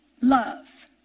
love